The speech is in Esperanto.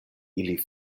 ili